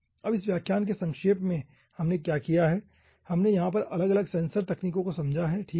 अब इस व्याख्यान के संक्षेप में हमने क्या किया है हमने यहाँ पर अलग अलग सेंसर तकनीकों को समझा है ठीक है